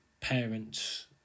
parents